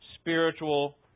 spiritual